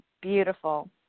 beautiful